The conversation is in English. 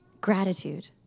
Gratitude